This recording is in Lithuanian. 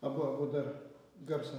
abu abu dar garsą